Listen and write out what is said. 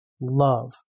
love